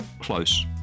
close